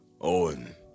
Owen